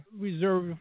Reserve